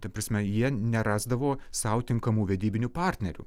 ta prasme jie nerasdavo sau tinkamų vedybinių partnerių